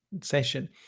Session